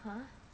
!huh!